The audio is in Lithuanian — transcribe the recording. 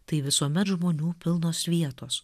tai visuomet žmonių pilnos vietos